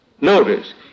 Notice